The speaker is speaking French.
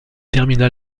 termina